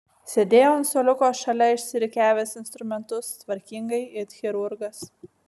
sėdėjo ant suoliuko šalia išrikiavęs instrumentus tvarkingai it chirurgas